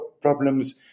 problems